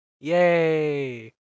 yay